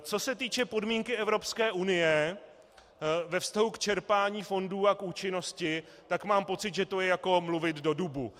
Co se týče podmínky Evropské unie ve vztahu k čerpání fondů a k účinnosti, mám pocit, že to je jako mluvit do dubu.